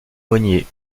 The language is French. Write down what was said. monnier